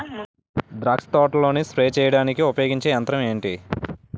ద్రాక్ష తోటలో స్ప్రే చేయడానికి ఉపయోగించే యంత్రం ఎంటి?